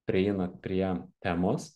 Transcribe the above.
prieinat prie temos